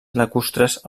lacustres